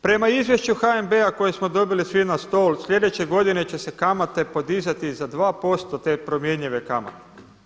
Prema izvješću HNB-a koji smo dobili svi na stol sljedeće godine će se kamate podizati za 2% te promjenjive kamate.